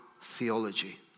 theology